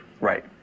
Right